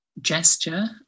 gesture